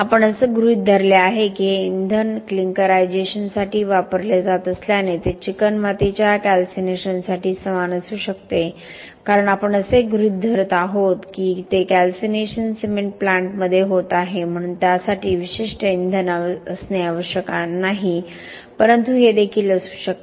आपण असे गृहीत धरले आहे की हे इंधन क्लिंकरायझेशनसाठी वापरले जात असल्याने ते चिकणमातीच्या कॅल्सिनेशनसाठी समान असू शकते कारण आपण असे गृहीत धरत आहोत की ते कॅल्सिनेशन सिमेंट प्लांटमध्ये होत आहे म्हणून त्यासाठी विशिष्ट इंधन असणे आवश्यक नाही परंतु हे देखील असू शकते